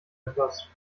etwas